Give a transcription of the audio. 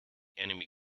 enemy